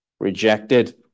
Rejected